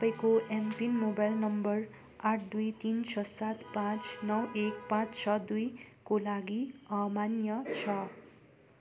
तपाईँको MPIN mobile number आठ दुई तिन छ सात पाँच नौ एक पाँच छ दुईको लागि अमान्य छ